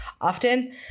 often